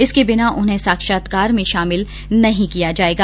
इसके बिना उन्हें साक्षात्कार में शामिल नहीं किया जायेगा